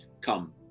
come